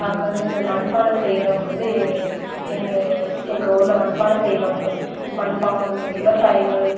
பார்க்க வந்து இந்த மண்பான செய்யறவுங்க வந்து எங்கள் எங்கள் ஊரில் மண்பானை செய்வாங்க மண்பானம் இந்த விவசாயிகள்